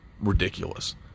Ridiculous